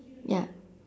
ya